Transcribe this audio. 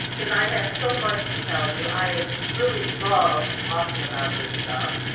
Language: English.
because i have so much to tell you. i really love talking about this stuff.